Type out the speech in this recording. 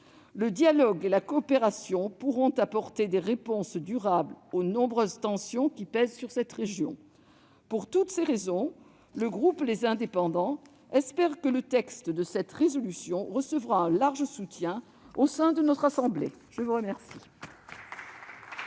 Le dialogue et la coopération fourniront des réponses durables aux nombreuses tensions qui pèsent sur cette région. Pour toutes ces raisons, le groupe Les Indépendants espère que ce texte recevra un large soutien de notre assemblée. La parole